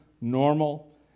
normal